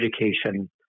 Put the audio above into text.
education